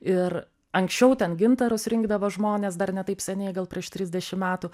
ir anksčiau ten gintarus rinkdavo žmonės dar ne taip seniai gal prieš trisdešimt metų